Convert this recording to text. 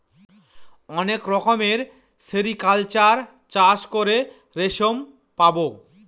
অনেক রকমের সেরিকালচার চাষ করে রেশম পাবো